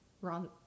wrong